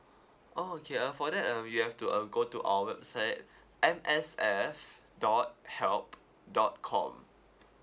oh okay uh for that um you have to uh go to our website M S F dot help dot com